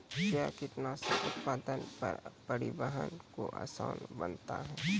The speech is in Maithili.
कया कीटनासक उत्पादन व परिवहन को आसान बनता हैं?